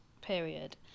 period